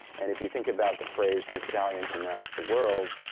and if you think about the phrase the stallion who mounts the world,